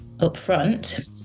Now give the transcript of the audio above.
upfront